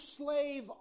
slave